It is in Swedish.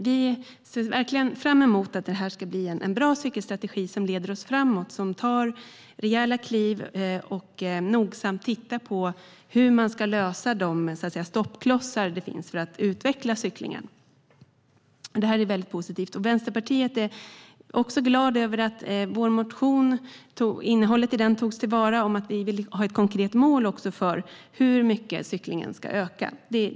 Vi ser verkligen fram emot en bra cykelstrategi, som ska leda oss framåt, som tar rejäla kliv och där man nogsamt tittar på hur man kan lösa de stoppklossar som finns för att utveckla cyklingen. Det är väldigt positivt. I Vänsterpartiet är vi också glada över att innehållet i vår motion togs till vara när det gäller ett konkret mål för med hur mycket cyklingen ska öka.